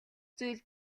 зүйл